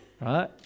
right